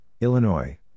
Illinois